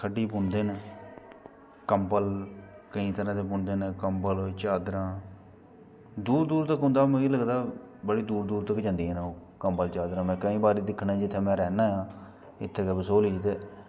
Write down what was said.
खड्डी बुनदे ना कंबल केंई तरह दे बुनदे ना कंबल चादरां दूर दूर तक उंदा मिगी लगदा बड़ी बड़ी दूर तक जंदी ना ओह् कंबल चादरां केंई बारी दिक्खना में जित्थै रैहना इत्थे ते बसोह्ली